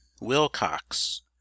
Wilcox